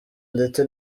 ndetse